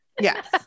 Yes